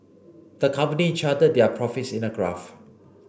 the company charted their profits in a graph